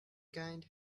kind